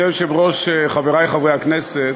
אדוני היושב-ראש, חברי חברי הכנסת,